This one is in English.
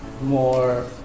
more